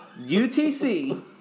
UTC